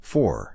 Four